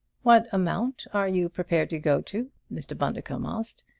what amount are you prepared to go to? mr. bundercombe asked.